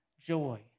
joy